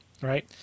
right